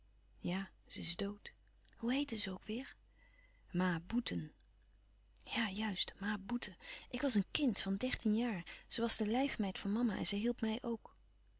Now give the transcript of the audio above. ja ze is dood hoe heette ze ook weêr ma boeten ja juist ma boeten ik was een kind van dertien jaar ze was de lijfmeid van mama en zij hielp mij ook